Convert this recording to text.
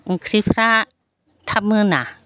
ओंख्रिफ्रा थाब मोना